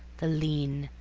the lean,